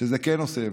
שזה כן עושה הבדל.